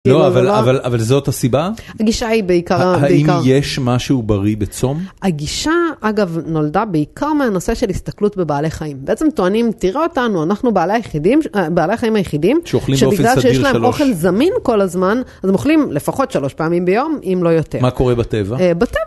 לא, אבל זו אותה סיבה? הגישה היא בעיקר... האם יש משהו בריא בצום? הגישה, אגב, נולדה בעיקר מהנושא של הסתכלות בבעלי חיים. בעצם טוענים, תראו אותנו, אנחנו בעלי החיים היחידים, שבגלל שיש להם אוכל זמין כל הזמן, אז מוכנים לפחות שלוש פעמים ביום, אם לא יותר. מה קורה בטבע?